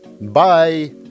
Bye